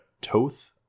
Toth